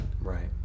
Right